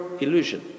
illusion